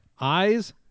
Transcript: Eyes